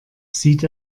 sieht